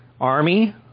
Army